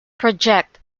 project